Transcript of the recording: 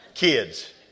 Kids